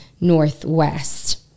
northwest